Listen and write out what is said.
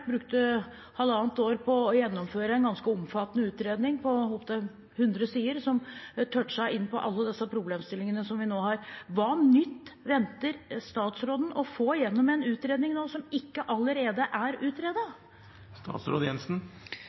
brukte halvannet år på å gjennomføre en ganske omfattende utredning på opp mot hundre sider, som tøtsjet inn på alle problemstillingene som vi nå har. Hva nytt venter statsråden å få gjennom en utredning nå og som ikke allerede er